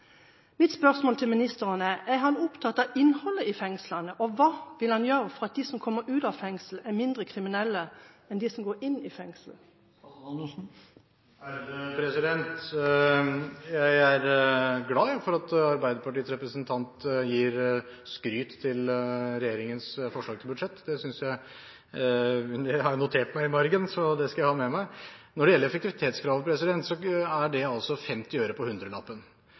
Mitt spørsmål til ministeren er: Er han opptatt av innholdet i fengslene, og hva vil han gjøre for at de som kommer ut av fengsel, skal være mindre kriminelle enn de som går inn i fengsel? Jeg er glad for at Arbeiderpartiets representant gir skryt til regjeringens forslag til budsjett. Det har jeg notert meg i margen, så det skal jeg ha med meg. Når det gjelder effektivitetsgrad, er det altså